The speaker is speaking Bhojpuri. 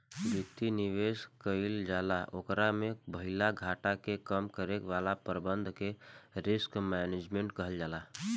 वित्तीय निवेश कईल जाला ओकरा में भईल घाटा के कम करे वाला प्रबंधन के रिस्क मैनजमेंट कहल जाला